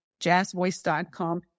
jazzvoice.com